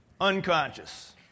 Unconscious